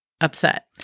upset